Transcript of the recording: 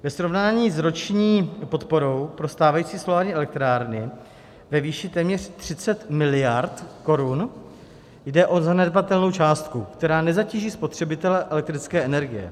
Ve srovnání s roční podporou pro stávající solární elektrárny ve výši téměř 30 miliard korun jde o zanedbatelnou částku, která nezatíží spotřebitele elektrické energie.